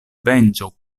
venĝo